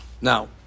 Now